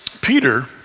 Peter